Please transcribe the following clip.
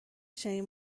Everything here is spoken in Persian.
چنین